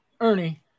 Ernie